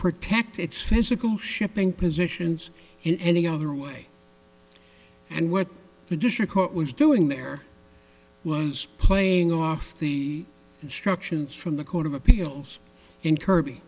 physical shipping positions in any other way and what the district court was doing there was playing off the instructions from the court of appeals in kirby